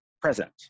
present